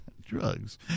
Drugs